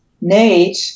Nate